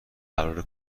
قرار